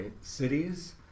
cities